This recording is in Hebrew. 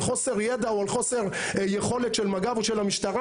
חוסר ידע או על חוסר יכולת של מג"ב או של המשטרה,